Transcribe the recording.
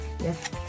Yes